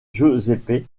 giuseppe